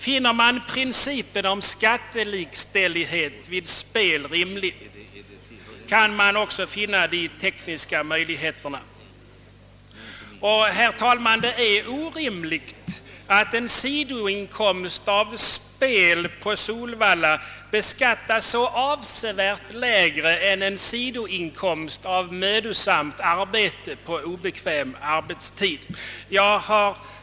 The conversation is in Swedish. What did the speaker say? Om man finner principen om skattelikställighet vid spel rimlig, kan vi säkert också finna de tekniska möjligheterna att ta ut skatten. Och, herr talman, det är orimligt att en sidoinkomst av spel på Solvalla beskattas så avsevärt lägre än en sidoinkomst av mödosamt arbete på obekväm arbetstid.